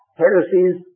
heresies